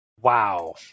wow